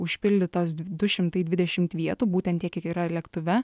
užpildytos du šimtai dvidešimt vietų būtent tiek kiek yra lėktuve